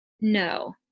No